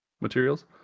materials